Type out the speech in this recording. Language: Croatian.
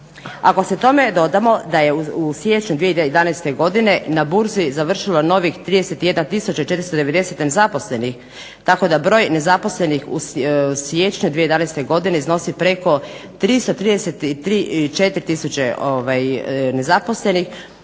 Ako se tome dodamo da je u siječnju 2011. godine na burzi završilo novih 31 tisuća i 490 nezaposlenih, tako da broj nezaposlenih u siječnju 2011. godine iznosi preko 334 tisuće nezaposlenih,